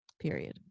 Period